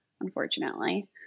unfortunately